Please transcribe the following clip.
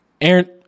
Aaron